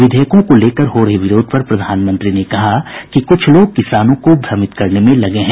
विधेयकों को लेकर हो रहे विरोध पर प्रधानमंत्री ने कहा कि कुछ लोग किसानों को भ्रमित करने में लगे हैं